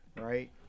right